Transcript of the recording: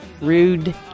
Rude